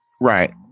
Right